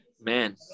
man